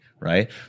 right